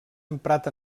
emprat